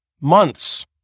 Months